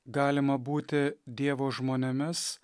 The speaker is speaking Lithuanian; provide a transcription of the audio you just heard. galima būti dievo žmonėmis